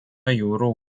jūrų